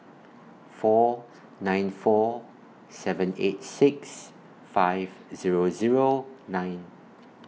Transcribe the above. four nine four seven eight six five Zero Zero nine